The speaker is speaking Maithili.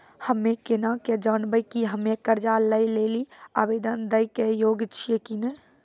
हम्मे केना के जानबै कि हम्मे कर्जा लै लेली आवेदन दै के योग्य छियै कि नै?